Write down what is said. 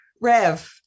Rev